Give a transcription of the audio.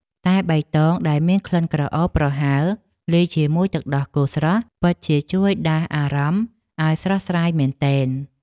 តែបៃតងដែលមានក្លិនក្រអូបប្រហើរលាយជាមួយទឹកដោះគោស្រស់ពិតជាជួយដាស់អារម្មណ៍ឱ្យស្រស់ស្រាយមែនទែន។